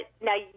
now